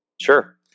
Sure